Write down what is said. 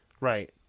Right